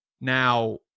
Now